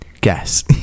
Guess